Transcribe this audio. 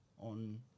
on